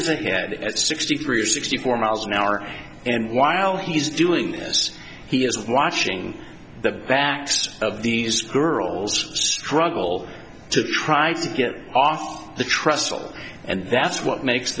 ahead at sixty three or sixty four miles an hour and while he's doing this he is watching the backs of these girls struggle to try to get off the trestle and that's what makes